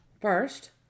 first